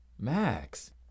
max